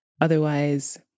Otherwise